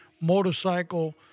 motorcycle